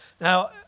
Now